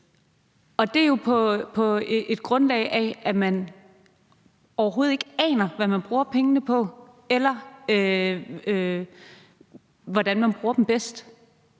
Det sker jo på det grundlag, at man overhovedet ikke aner, hvad man bruger pengene på, eller hvordan man bruger dem bedst.